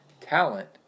talent